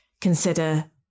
consider